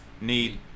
need